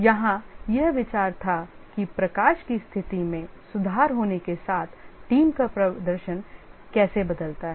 यहां यह विचार था कि प्रकाश की स्थिति में सुधार होने के साथ टीम का प्रदर्शन कैसे बदलता है